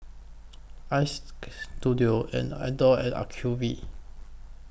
Istudio Adore and Acuvue